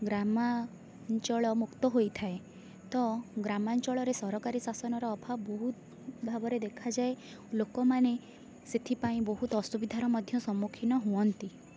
ଗ୍ରାମାଞ୍ଚଳ ମୁକ୍ତ ହୋଇଥାଏ ତ ଗ୍ରାମାଞ୍ଚଳରେ ସରକାରୀ ଶାସନର ଅଭାବ ବହୁତ ଭାବରେ ଦେଖାଯାଏ ଲୋକମାନେ ସେଥିପାଇଁ ବହୁତ ଅସୁବିଧାର ମଧ୍ୟ ସମ୍ମୁଖୀନ ହୁଅନ୍ତି